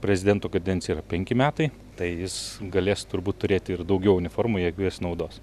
prezidento kadencija yra penki metai tai jis galės turbūt turėti ir daugiau uniformų jeigu jas naudos